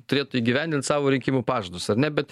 turėtų įgyvendint savo rinkimų pažadus ar ne bet